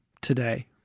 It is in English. today